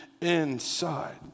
inside